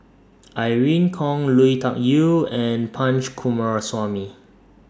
Irene Khong Lui Tuck Yew and Punch Coomaraswamy